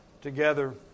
together